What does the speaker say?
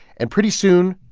and pretty soon,